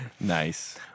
nice